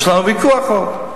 יש לנו ויכוח עוד,